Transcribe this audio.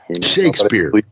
Shakespeare